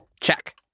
Check